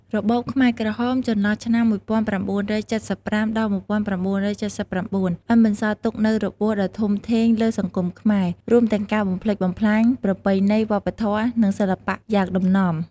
របបខ្មែរក្រហមចន្លោះឆ្នាំ១៩៧៥ ដល់១៩៧៩ បានបន្សល់ទុកនូវរបួសដ៏ធំធេងលើសង្គមខ្មែរ រួមទាំងការបំផ្លិចបំផ្លាញប្រពៃណីវប្បធម៌ និងសិល្បៈយ៉ាងដំណំ។